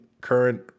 current